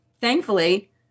thankfully